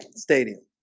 stadium